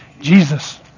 Jesus